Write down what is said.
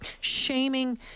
shaming